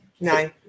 no